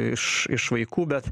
iš iš vaikų bet